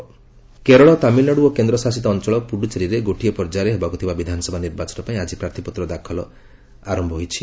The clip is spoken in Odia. ନୋମିନେସନ୍ କେରଳ ତାମିଲନାଡ଼ୁ ଓ କେନ୍ଦ୍ରଶାସିତ ଅଞ୍ଚଳ ପୁଡ଼ୁଚେରୀରେ ଗୋଟିଏ ପର୍ଯ୍ୟାୟରେ ହେବାକୁ ଥିବା ବିଧାନସଭା ନିର୍ବାଚନ ପାଇଁ ଆଜି ପ୍ରାର୍ଥୀପତ୍ର ଦାଖଲ ପ୍ରକ୍ରିୟା ଆରମ୍ଭ ହୋଇଛି